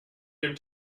dem